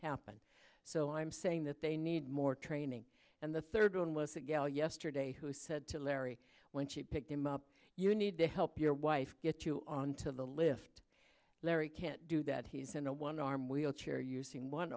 happened so i'm saying that they need more training and the third one was a gal yesterday who said to larry when she picked him up you need to help your wife get you on to the lift larry can't do that he's in a one arm wheelchair using one